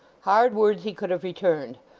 hard words he could have returned,